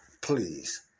please